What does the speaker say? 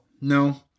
No